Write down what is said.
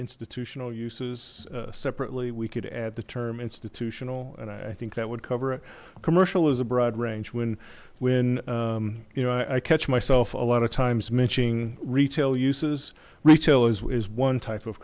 institutional uses separately we could add the term institutional and i think that would cover it commercial is a broad range when when you know i catch myself a lot of times mitching retail uses retail is one type of